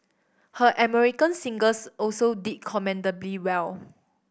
her American singles also did commendably well